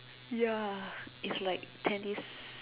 ya it's like tennis